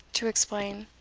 to explain,